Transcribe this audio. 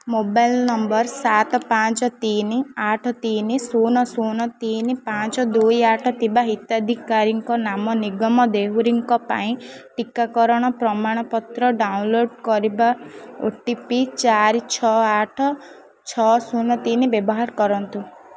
mobile number ସାତ ପାଞ୍ଚ ତିନି ଆଠ ତିନି ଶୂନ ଶୂନ ତିନି ପାଞ୍ଚ ଦୁଇ ଆଠ ଥିବା ହିତାଧିକାରୀ ନାମ ନିଗମ ଦେହୁରୀଙ୍କ ପାଇଁ ଟିକାକରଣର ପ୍ରମାଣପତ୍ର ଡାଉନଲୋଡ଼୍ କରିବାକୁ ଓ ଟି ପି ଚାରି ଛଅ ଆଠ ଛଅ ଶୂନ ତିନି ବ୍ୟବହାର କରନ୍ତୁ